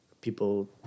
people